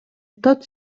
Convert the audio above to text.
tot